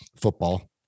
football